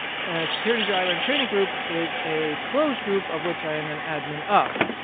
security driver and training group is a closed group of which i am an admin of.